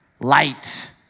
Light